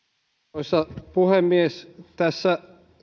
arvoisa puhemies tässä